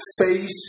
face